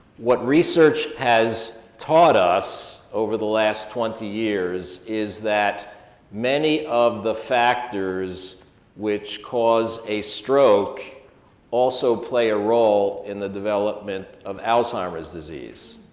what research has taught us over the last twenty years is that many of the factors which cause a stroke also play a role in the development of alzheimer's disease.